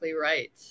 right